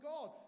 God